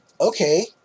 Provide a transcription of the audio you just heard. Okay